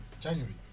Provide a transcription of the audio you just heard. January